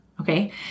Okay